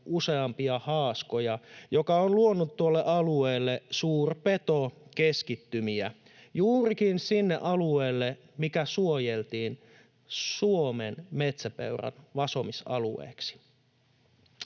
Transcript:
useampia haaskoja, mikä on luonut tuolle alueelle suurpetokeskittymiä juurikin sille alueelle, mikä suojeltiin Suomen metsäpeuran vasomisalueeksi.